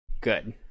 good